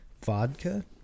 Vodka